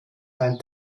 ein